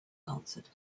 answered